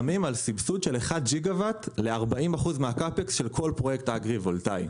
סבסוד של 1 ג'יגה וואט ל-40% מה- CAPEXשל כל פרויקט אגרי-וולטאי.